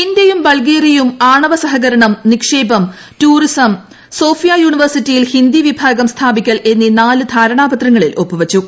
ഇന്ത്യയും ബൾഗേറിയയും ആണവ സഹകരണം നിക്ഷേപം ടൂറിസം സോഫിയ യൂണിവേഴ്സിറ്റിയിൽ ഹിന്ദി വിഭാഗം സ്ഥാപിക്കൽ എന്നീ നാല് ധാരണാപത്രങ്ങളിൽ ഒപ്പുവച്ചു